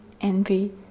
envy